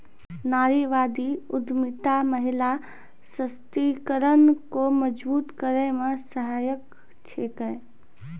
नारीवादी उद्यमिता महिला सशक्तिकरण को मजबूत करै मे सहायक छिकै